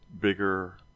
bigger